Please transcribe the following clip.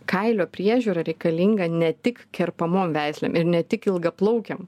kailio priežiūra reikalinga ne tik kerpamom veislėm ir ne tik ilgaplaukiam